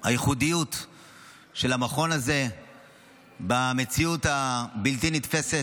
על הייחודיות של המכון הזה במציאות הבלתי-נתפסת.